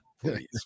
Please